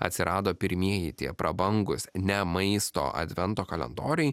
atsirado pirmieji tie prabangūs ne maisto advento kalendoriai